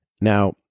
Now